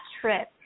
trip